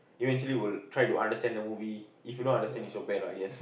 eventually will try to understand the movie if you don't understand is your bad lah